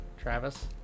Travis